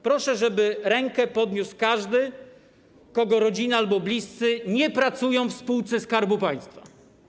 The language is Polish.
Proszę, żeby rękę podniósł każdy, kogo rodzina, bliscy nie pracują w spółce Skarbu Państwa.